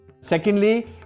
Secondly